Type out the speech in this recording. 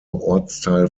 ortsteil